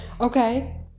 Okay